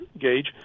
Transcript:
gauge